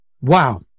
wow